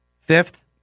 Fifth